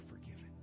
forgiven